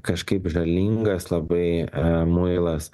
kažkaip žalingas labai muilas